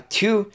two